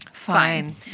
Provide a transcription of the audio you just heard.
Fine